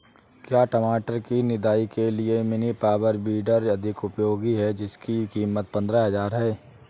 क्या टमाटर की निदाई के लिए मिनी पावर वीडर अधिक उपयोगी है जिसकी कीमत पंद्रह हजार है?